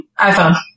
iPhone